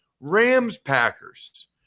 Rams-Packers